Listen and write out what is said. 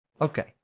okay